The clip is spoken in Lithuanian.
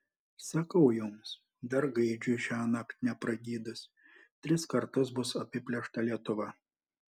sakau jums dar gaidžiui šiąnakt nepragydus tris kartus bus apiplėšta lietuva